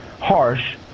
harsh